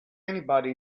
anybody